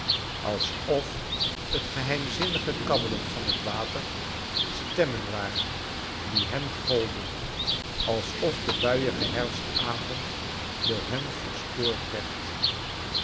alsof het geheimzinnige kabbelen van het water stemmen waren die hem golden alsof de buiige herfstavond door hem verstoord werd